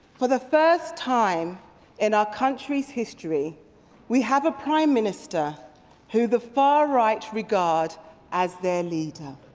for the first time in our country's history we have a prime minister who the far right regard as their leader.